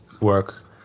work